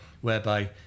whereby